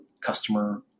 customer